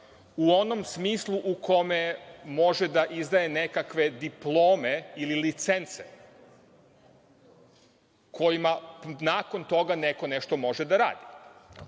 u onom smislu u kome može da izdaje nekakve diplome ili licence kojima nakon toga neko nešto može da